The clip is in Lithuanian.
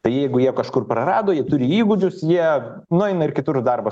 tai jeigu jie kažkur prarado jie turi įgūdžius jie nueina ir kitur darbą